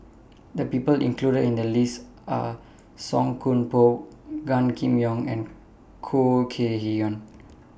The People included in The lists Are Song Koon Poh Gan Kim Yong and Khoo Kay Hian